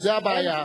זה הבעיה.